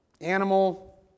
animal